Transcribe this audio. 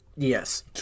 Yes